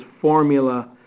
formula